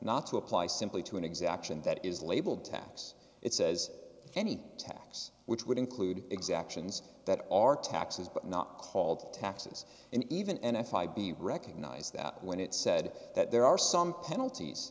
not to apply simply to an exaction that is labeled tax it says any tax which would include exactions that are taxes but not called taxes and even n f i b recognize that when it said that there are some penalties